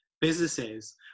businesses